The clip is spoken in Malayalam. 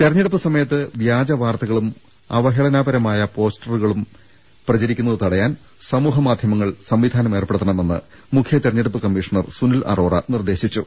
തെരഞ്ഞെടുപ്പ് സമയത്ത് വ്യജ വാർത്തകളും അവഹേളനപര മായ പോസ്റ്റുകളും പ്രചരിക്കുന്നത് തടയാൻ സമൂഹ മാധ്യമങ്ങൾ സംവിധാനമേർപ്പെടുത്തണമെന്ന് മുഖ്യ തിരഞ്ഞെടുപ്പ് കമ്മീഷണർ സുനിൽ അറോറ നിർദേശിച്ചു